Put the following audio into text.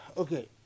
Okay